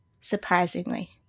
surprisingly